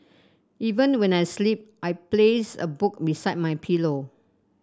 even when I sleep I place a book beside my pillow